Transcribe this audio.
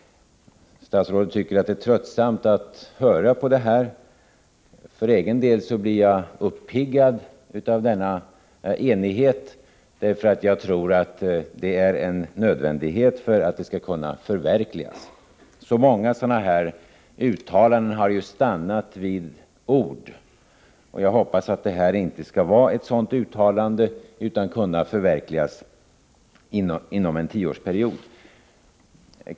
Statsrådet tycker att det är tröttsamt att höra på detta. För egen del blir jag uppiggad av denna enighet, för jag tror att enighet är nödvändig för att denna målsättning skall kunna förverkligas. Så många sådana här uttalanden har ju stannat vid ord. Jag hoppas att detta inte skall vara ett sådant uttalande utan att det kan förverkligas inom en tioé rsperiod.